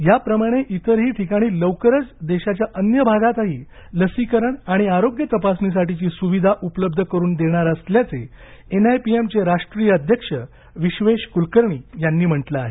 याप्रमाणे इतरही ठिकाणी लवकरच देशाच्या अन्य भागातही लसीकरण आणि आरोग्य तपासणीसाठीची सुविधा उपलब्ध करून देणार असल्याचे एन आय पी एम चे राष्ट्रीय अध्यक्ष विश्वेश कुलकर्णी यांनी म्हटलं आहे